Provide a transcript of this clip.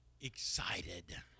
excited